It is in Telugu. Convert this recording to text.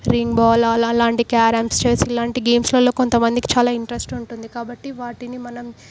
రింగ్ బాల్ అలాలా అలాంటివి క్యారంస్ చెస్ ఇలాంటి గేమ్స్లలో కొంత మందికి చాలా ఇంట్రెస్ట్ ఉంటుంది కాబట్టి వాటిని మనం